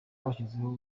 bashyizeho